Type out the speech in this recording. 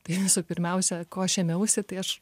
tai visų pirmiausia ko aš ėmiausi tai aš